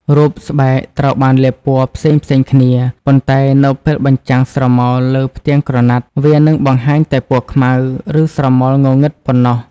រូបស្បែកត្រូវបានលាបពណ៌ផ្សេងៗគ្នា ប៉ុន្តែនៅពេលបញ្ចាំងស្រមោលលើផ្ទាំងក្រណាត់ វានឹងបង្ហាញតែពណ៌ខ្មៅ ឬស្រមោលងងឹតប៉ុណ្ណោះ ។